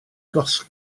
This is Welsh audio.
gosod